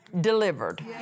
delivered